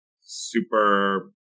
super